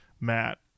Matt